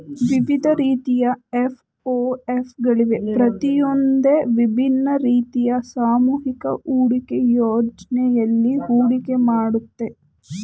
ವಿವಿಧ ರೀತಿಯ ಎಫ್.ಒ.ಎಫ್ ಗಳಿವೆ ಪ್ರತಿಯೊಂದೂ ವಿಭಿನ್ನ ರೀತಿಯ ಸಾಮೂಹಿಕ ಹೂಡಿಕೆ ಯೋಜ್ನೆಯಲ್ಲಿ ಹೂಡಿಕೆ ಮಾಡುತ್ತೆ